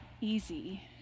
easy